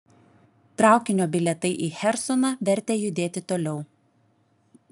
traukinio bilietai į chersoną vertė judėti toliau